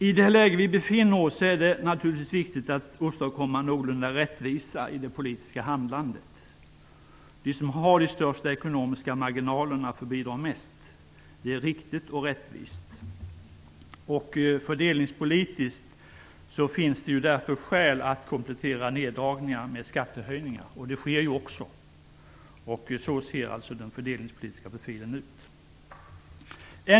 I det läge vi befinner oss i är det naturligtvis viktigt att åstadkomma någorlunda rättvisa i det politiska handlandet. De som har de största ekonomiska marginalerna får bidra mest. Det är riktigt och rättvist. Fördelningspolitiskt finns det därför skäl att komplettera neddragningar med skattehöjningar, och det sker ju också. Så ser alltså den fördelningspolitiska profilen ut.